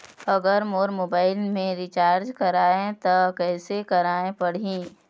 अगर मोर मोबाइल मे रिचार्ज कराए त कैसे कराए पड़ही?